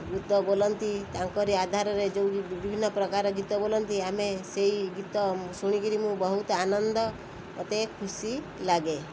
ଗୀତ ବୋଲନ୍ତି ତାଙ୍କରି ଆଧାରରେ ଯେଉଁ ବିଭିନ୍ନ ପ୍ରକାର ଗୀତ ବୋଲନ୍ତି ଆମେ ସେଇ ଗୀତ ଶୁଣିକିରି ମୁଁ ବହୁତ ଆନନ୍ଦ ମତେ ଖୁସି ଲାଗେ